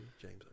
James